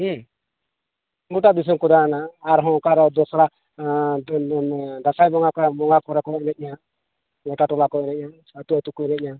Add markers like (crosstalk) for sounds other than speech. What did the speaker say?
ᱦᱮᱸ ᱜᱚᱴᱟ ᱫᱤᱥᱚᱢ ᱠᱚ ᱫᱟᱲᱟᱱᱟ ᱟᱨ ᱦᱚᱸ ᱚᱠᱟᱨᱮ ᱫᱚᱥᱨᱟ (unintelligible) ᱫᱟᱸᱥᱟᱭ ᱵᱚᱸᱜᱟ ᱠᱚᱲᱟ ᱠᱚ ᱵᱚᱸᱜᱟ ᱠᱚᱲᱟ ᱠᱚ ᱮᱱᱮᱡᱟ ᱜᱚᱴᱟ ᱴᱚᱞᱟ ᱠᱚ ᱮᱱᱮᱡᱟ ᱟᱛᱳ ᱟᱛᱳ ᱠᱚ ᱮᱱᱮᱡᱟ